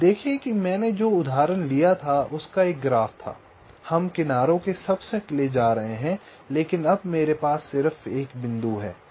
आप देखें कि मैंने जो उदाहरण लिया था उसका एक ग्राफ था हम किनारों के सबसेट ले जा रहे हैं लेकिन अब मेरे पास सिर्फ एक बिंदु है